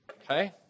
Okay